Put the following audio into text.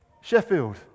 Sheffield